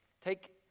Take